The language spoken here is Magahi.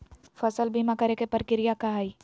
फसल बीमा करे के प्रक्रिया का हई?